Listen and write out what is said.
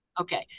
Okay